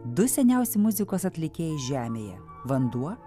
du seniausi muzikos atlikėjai žemėje vanduo